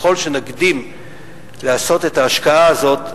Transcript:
וככל שנקדים לעשות את ההשקעה הזאת,